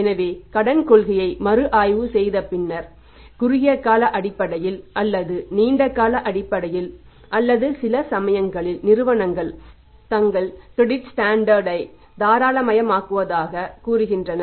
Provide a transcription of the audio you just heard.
எனவே credit standard தாராளமயமாக்குவதாகக் கூறுகின்றன